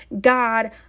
God